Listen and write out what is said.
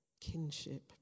kinship